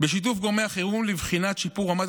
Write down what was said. בשיתוף גורמי החירום לבחינת שיפור רמת